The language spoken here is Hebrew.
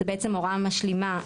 זו בעצם הוראה משלימה,